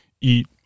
eat